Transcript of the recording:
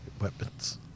weapons